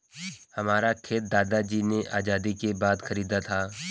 हमारा खेत दादाजी ने आजादी के बाद खरीदा था